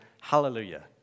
Hallelujah